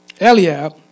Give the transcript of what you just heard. Eliab